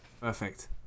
Perfect